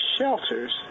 shelters